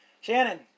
Shannon